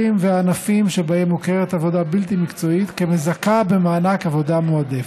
והענפים שבהם מוכרת עבודה בלתי מקצועית כמזכה במענק עבודה מועדפת.